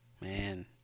Man